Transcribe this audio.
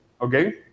okay